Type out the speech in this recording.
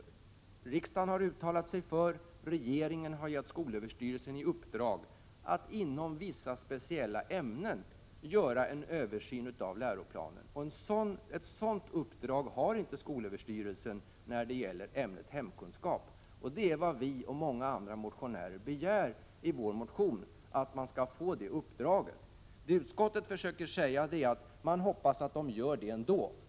Riksdagen har uttalat sig för och regeringen har gett skolöverstyrelsen i uppdrag att i vissa speciella ämnen göra en översyn av läroplanen. Något sådant uppdrag har inte skolöverstyrelsen fått när det gäller ämnet hemkunskap. Det är alltså det som vi i centern, i likhet med många andra motionärer, begär. I vår motion begär vi nämligen att skolöverstyrelsen skall få nämnda uppdrag. Vad utskottet försöker säga är att man hoppas att det sker ändå.